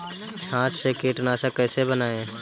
छाछ से कीटनाशक कैसे बनाएँ?